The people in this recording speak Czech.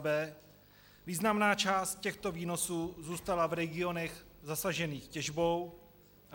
b) významná část těchto výnosů zůstala v regionech zasažených těžbou a